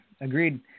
agreed